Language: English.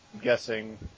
guessing